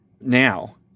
now